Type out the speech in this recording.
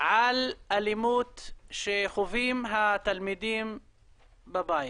על אלימות שחווים התלמידים בבית?